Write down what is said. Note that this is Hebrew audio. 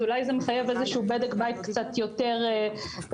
אולי זה מחייב איזשהו בדק בית קצת יותר רציני.